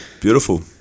beautiful